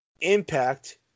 Impact